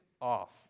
off